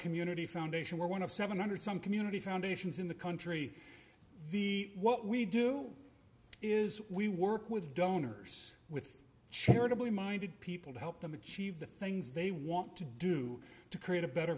community foundation we're one of seven hundred some community foundations in the country the what we do is we work with donors with charitably minded people to help them achieve the things they want to do to create a better